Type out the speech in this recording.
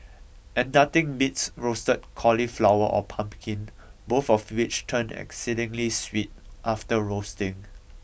and nothing beats roasted cauliflower or pumpkin both of which turn exceedingly sweet after roasting